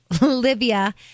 Libya